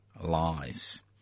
lies